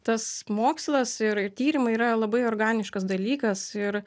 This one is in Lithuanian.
tas mokslas ir i tyrimai yra labai organiškas dalykas ir